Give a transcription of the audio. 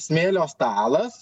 smėlio stalas